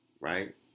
right